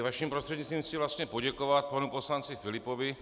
Vaším prostřednictvím chci vlastně poděkovat panu poslanci Filipovi.